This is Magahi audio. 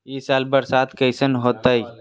ई साल बरसात कैसन होतय?